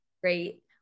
great